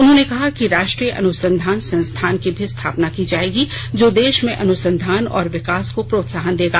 उन्होंने कहा कि राष्ट्रीय अनुसंधान संस्थान की भी स्थापना की जाएगी जो देश में अनुसंधान और विकास को प्रोत्साहन देगा